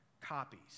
copies